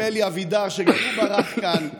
אם אלי אבידר, שגם הוא ברח מכאן,